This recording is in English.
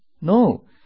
No